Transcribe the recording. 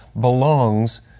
belongs